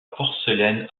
porcelaine